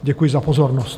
Děkuji za pozornost.